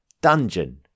dungeon